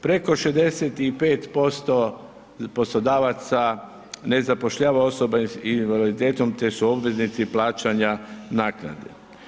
Preko 65% poslodavaca ne zapošljava osobe s invaliditetom, te su obveznici plaćanja naknada.